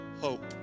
hope